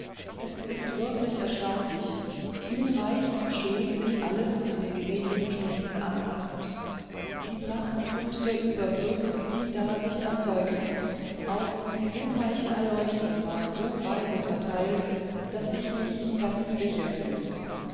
es ist wirklich erstaunlich wie reich und schön sich alles in den wenigen stunden anordnete die pracht und der überfluß die da sich erzeugten auch die sinnreiche erleuchtung war so weise verteilt daß ich mich ganz sicher fühlte